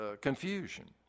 confusion